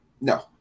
No